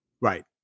Right